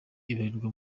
ibarirwa